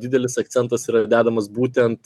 didelis akcentas yra dedamas būtent